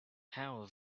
how